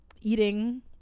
eating